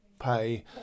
pay